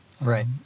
Right